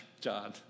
John